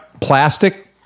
plastic